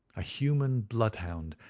a human bloodhound,